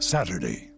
Saturday